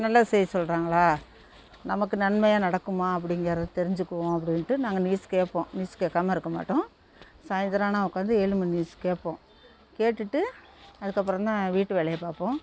நல்ல செய்தி சொல்கிறாங்களா நமக்கு நன்மையாக நடக்குமா அப்படிங்கறத தெரிஞ்சிக்குவோம் அப்படின்ட்டு நாங்கள் நியூஸ் கேட்போம் நியூஸ் கேட்காம இருக்க மாட்டோம் சாயிந்தரம் ஆனால் உட்காந்து ஏழு மணி நியூஸ் கேட்போம் கேட்டுட்டு அதுக்கப்பறந்தான் வீட்டு வேலையை பார்ப்போம்